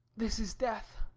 this is death.